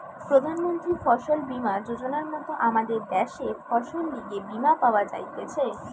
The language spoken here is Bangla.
প্রধান মন্ত্রী ফসল বীমা যোজনার মত আমদের দ্যাশে ফসলের লিগে বীমা পাওয়া যাইতেছে